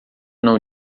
não